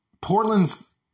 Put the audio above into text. Portland's